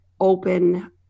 open